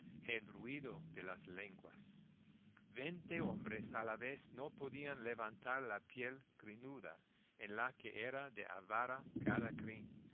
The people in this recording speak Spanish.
el ruido de las lenguas veinte hombres a la vez no podían levantar la piel crinuda en la que era de a vara cada crin